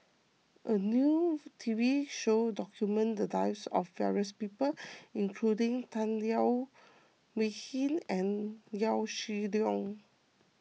a new T V show documented the lives of various people including Tan Leo Wee Hin and Yaw Shin Leong